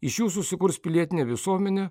iš jų susikurs pilietinė visuomenė